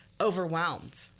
overwhelmed